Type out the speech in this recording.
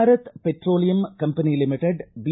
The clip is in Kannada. Bharat petroleum company limited B